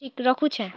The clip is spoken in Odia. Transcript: ଠିକ୍ ରଖୁଛେଁ